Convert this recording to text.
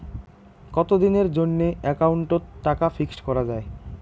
কতদিনের জন্যে একাউন্ট ওত টাকা ফিক্সড করা যায়?